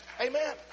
Amen